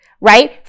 right